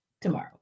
tomorrow